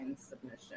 submission